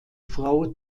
frau